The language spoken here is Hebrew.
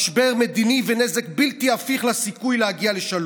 משבר מדיני ונזק בלתי הפיך לסיכוי להגיע לשלום.